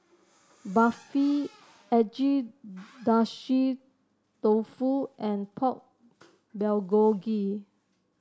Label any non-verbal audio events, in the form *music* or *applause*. *noise* Barfi Agedashi Dofu and Pork Bulgogi